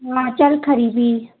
महां चल खरी भी